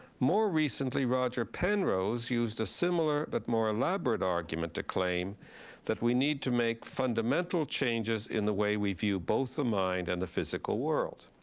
more recently, roger penrose used a similar but more elaborate argument to claim that we need to make fundamental changes in the way we view both the mind and the physical world.